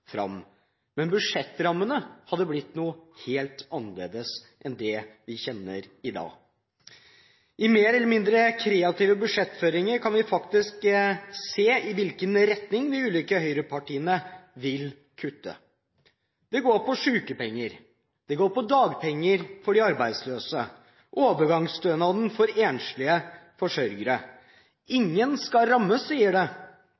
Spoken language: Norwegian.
fram. Men budsjettrammene hadde blitt helt annerledes enn det vi kjenner i dag. I mer eller mindre kreative budsjettføringer kan vi faktisk se i hvilken retning de ulike høyrepartiene vil kutte. Det går på sykepenger, det går på dagpenger for de arbeidsløse og overgangsstønaden for enslige forsørgere. Ingen skal rammes, sies det,